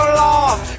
lost